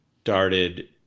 started